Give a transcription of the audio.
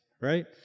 right